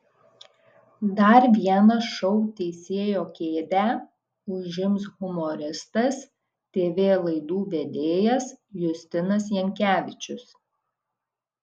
dar vieną šou teisėjo kėdę užims humoristas tv laidų vedėjas justinas jankevičius